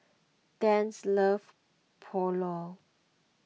love Pulao